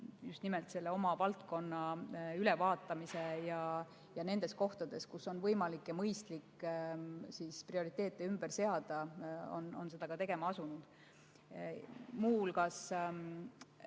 võtnud käsile oma valdkonna ülevaatamise ja nendes kohtades, kus on võimalik ja mõistlik prioriteete ümber seada, on ta seda ka tegema asunud. Kaugema